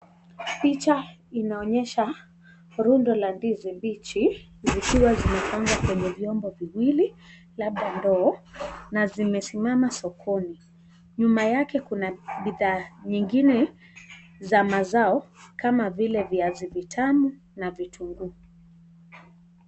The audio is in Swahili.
Picha inaonyesha lundo la ndizi mbichi, zikiwa zimepangwa kwenye vyombo viwili, labda ndoo, na zimesimama sokoni. Nyuma yake kuna bidhaa nyingine za mazao, kama vile viazi vitamu na vitunguu.